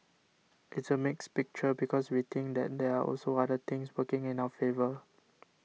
it's a mixed picture because we think that there are also other things working in our favour